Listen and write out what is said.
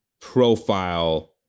profile